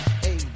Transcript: hey